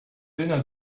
dinner